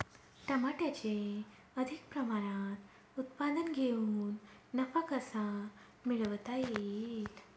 टमाट्याचे अधिक प्रमाणात उत्पादन घेऊन नफा कसा मिळवता येईल?